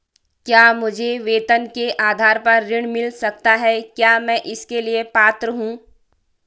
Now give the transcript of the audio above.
क्या मुझे वेतन के आधार पर ऋण मिल सकता है क्या मैं इसके लिए पात्र हूँ?